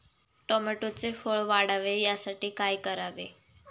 टोमॅटोचे फळ वाढावे यासाठी काय करावे?